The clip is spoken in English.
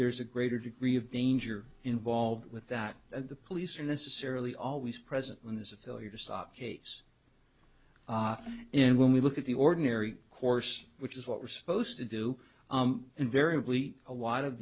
there's a greater degree of danger involved with that and the police are necessarily always present when there's a failure to stop case and when we look at the ordinary course which is what we're supposed to do invariably awat of